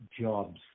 jobs